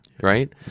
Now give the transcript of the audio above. Right